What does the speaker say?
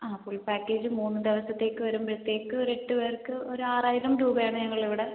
ആ full package മൂന്ന് ദിവസത്തേക്ക് വരുമ്പോഴത്തേക്ക് ഒരു എട്ട് പേർക്ക് ഒരു ആറായിരം രൂപയാണ് ഞങ്ങളിവിടെ